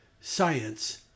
Science